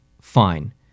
fine